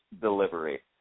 delivery